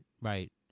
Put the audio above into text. right